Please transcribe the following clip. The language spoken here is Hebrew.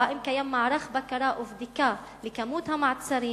או האם קיים מערך בקרה ובדיקה לכמות המעצרים,